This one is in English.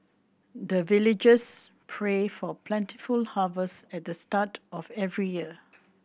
the villagers pray for plentiful harvest at the start of every year